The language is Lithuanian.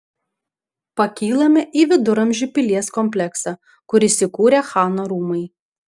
pakylame į viduramžių pilies kompleksą kur įsikūrę chano rūmai